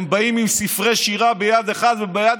הם באים עם ספרי שירה ביד אחת וביד